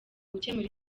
gukemura